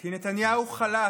כי נתניהו חלש.